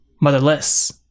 motherless